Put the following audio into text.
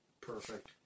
perfect